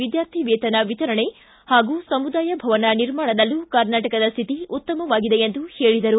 ವಿದ್ಯಾರ್ಥಿ ವೇತನ ವಿತರಣೆ ಹಾಗೂ ಸಮುದಾಯ ಭವನ ನಿರ್ಮಾಣದಲ್ಲೂ ಕರ್ನಾಟಕದ ಸ್ಥಿತಿ ಉತ್ತಮವಾಗಿದೆ ಎಂದು ಹೇಳಿದರು